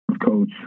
coach